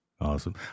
Awesome